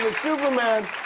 superman.